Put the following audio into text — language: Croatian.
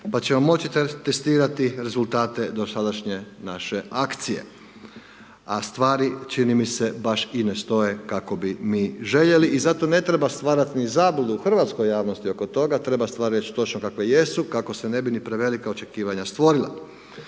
pa ćemo moći testirati rezultate dosadašnje naše akcije, a stvari čini mi se baš i ne stoje kako bi mi željeli, i zato ne treba stvarati ni zabludu u hrvatskom javnosti oko toga, treba stvar reći točno kakve jesu, kako se ne bi ni prevelika očekivanja stvorila.